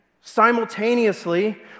simultaneously